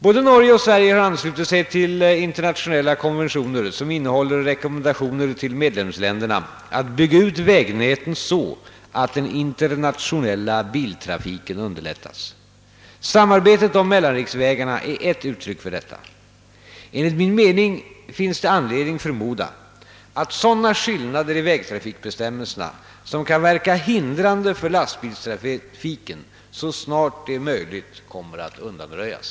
Både Norge och Sverige har anslutit sig till internationella konventioner som innehåller rekommendationer till medlemsländerna att bygga ut vägnäten så att den internationella biltrafiken underlättas. Samarbetet om mellanriksvägarna är ett uttryck för detta. Enligt min mening finns det anledning förmoda att sådana skillnader i vägtrafikbestämmelserna som kan verka hindrande för lastbilstrafiken så snart det är möjligt kommer att undanröjas.